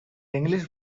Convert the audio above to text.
english